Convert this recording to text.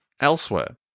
elsewhere